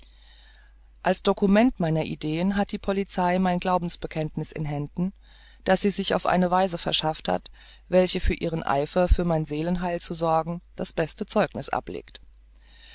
als dokument meiner ideen hat die polizei mein glaubensbekenntniß in händen das sie sich auf eine weise verschafft hat welche für ihren eifer für mein seelenheil zu sorgen das beste zeugniß ablegt